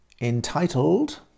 entitled